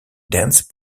dense